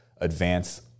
advance